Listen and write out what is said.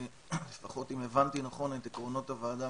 לפחות אם הבנתי נכון את עקרונות הוועדה,